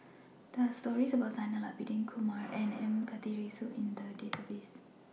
There Are stories about Zainal Abidin Kumar and M Karthigesu in The Database